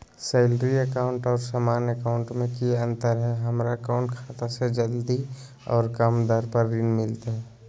Salary account और सामान्य account मे की अंतर है हमरा कौन खाता से जल्दी और कम दर पर ऋण मिलतय?